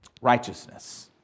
Righteousness